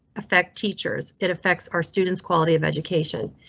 affect teachers it effects our students quality of education.